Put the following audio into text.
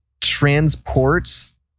transports